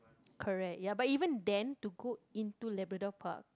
correct ya but even then to go into Labrador-Park